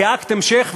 כאקט המשך,